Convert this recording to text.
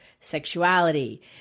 sexuality